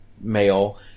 male